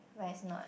but it's not